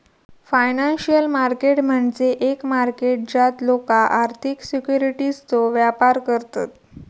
financial market म्हणजे एक market ज्यात लोका आर्थिक सिक्युरिटीजचो व्यापार करतत